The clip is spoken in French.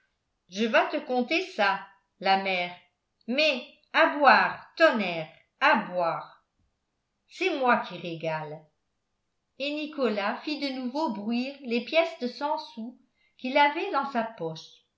je vas te conter ça la mère mais à boire tonnerre à boire c'est moi qui régale et nicolas fit de nouveau bruire les pièces de cent sous qu'il avait dans sa poche